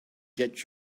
get